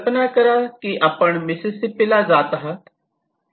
कल्पना करा की आपण मिसिसिपीला जात आहात